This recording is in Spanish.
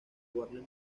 warner